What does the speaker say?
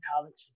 college